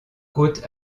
haute